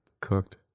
cooked